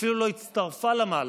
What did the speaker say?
אפילו לא הצטרפה למהלך,